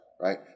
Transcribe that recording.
right